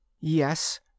Yes